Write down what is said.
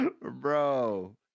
bro